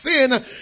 Sin